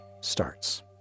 starts